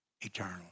eternal